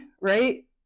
right